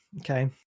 Okay